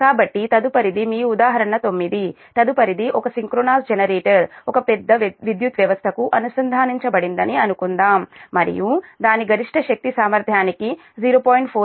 కాబట్టి తదుపరిది మీ ఉదాహరణ 9 తదుపరిది ఒక సింక్రోనస్ జెనరేటర్ ఒక పెద్ద విద్యుత్ వ్యవస్థకు అనుసంధానించబడిందని అనుకుందాం మరియు దాని గరిష్ట శక్తి సామర్థ్యానికి 0